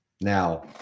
Now